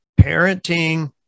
parenting